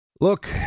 Look